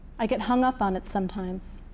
i get hung up on it sometimes,